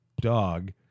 dog